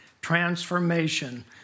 transformation